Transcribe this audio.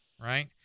right